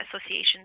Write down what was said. associations